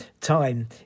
time